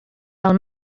del